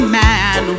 man